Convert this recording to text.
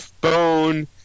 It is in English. bone